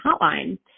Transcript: hotline